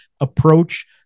approach